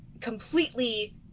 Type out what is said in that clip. completely